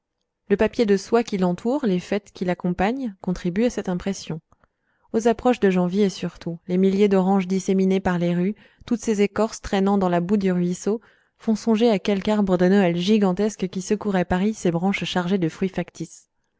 le papier de soie qui l'entoure les fêtes qu'il accompagne contribuent à cette impression aux approches de janvier surtout les milliers d'oranges disséminées par les rues toutes ces écorces traînant dans la boue du ruisseau font songer à quelque arbre de noël gigantesque qui secouerait sur paris ses branches chargées de fruits factices